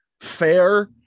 fair